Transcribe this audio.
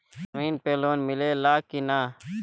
जमीन पे लोन मिले ला की ना?